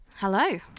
Hello